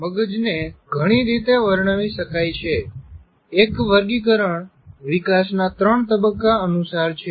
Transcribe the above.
મગજને ઘણી રીતે વર્ણવી શકાય છે એક વર્ગીકરણ વિકાસના ત્રણ તબક્કા અનુસાર છે